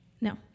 No